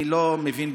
אני לא מבין,